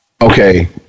okay